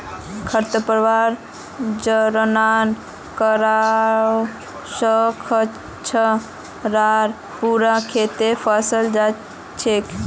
खरपतवार प्रजनन करवा स ख छ आर पूरा खेतत फैले जा छेक